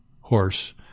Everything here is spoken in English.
horse